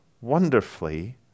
wonderfully